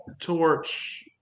torch –